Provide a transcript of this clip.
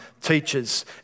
teachers